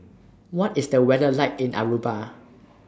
What IS The weather like in Aruba